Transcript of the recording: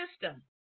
system